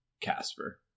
Casper